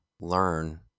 learn